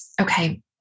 Okay